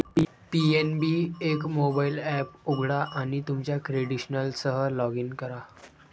PNB एक mobile app उघडा आणि तुमच्या क्रेडेन्शियल्ससह लॉग इन करा